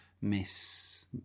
Miss